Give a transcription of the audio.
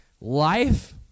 life